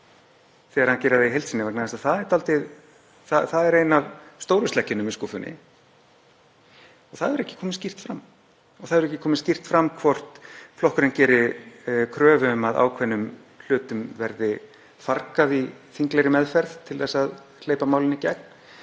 þegar hann gerir það í heild sinni vegna þess að það er ein af stóru sleggjunum í skúffunni. Það hefur ekki komið skýrt fram. Það hefur ekki komið skýrt fram hvort flokkurinn geri kröfu um að ákveðnum hlutum verði fargað í þinglegri meðferð til að hleypa málinu í gegn.